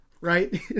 Right